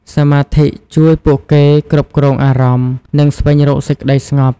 សមាធិជួយពួកគេគ្រប់គ្រងអារម្មណ៍ និងស្វែងរកសេចក្ដីស្ងប់។